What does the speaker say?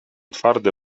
twarde